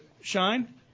shine